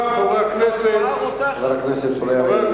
משפט אחרון, חבר הכנסת אורי אריאל.